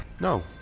No